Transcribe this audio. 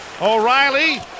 O'Reilly